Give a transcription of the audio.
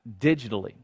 digitally